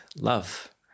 love